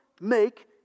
Make